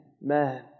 man